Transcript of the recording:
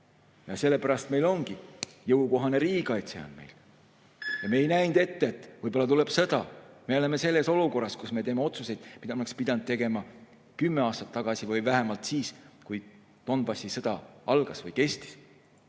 Ja sellepärast meil ongi jõukohane riigikaitse. Me ei näinud ette, et võib-olla tuleb sõda. Me oleme olukorras, kus me teeme otsuseid, mida oleks pidanud tegema kümme aastat tagasi või vähemalt siis, kui Donbassi sõda algas. Me ei